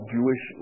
Jewish